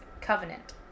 covenant